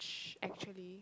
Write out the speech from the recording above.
actually